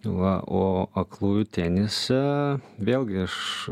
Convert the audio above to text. va o aklųjų tenise vėlgi aš